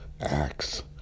Acts